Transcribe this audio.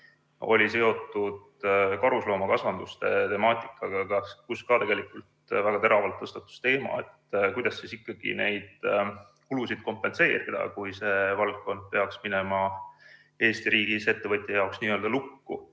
oli seotud karusloomakasvanduste temaatikaga, mille korral ka tegelikult väga teravalt tõstatus teema, et kuidas ikkagi neid kulusid kompenseerida, kui see valdkond peaks minema Eesti riigis ettevõtja jaoks n‑ö lukku.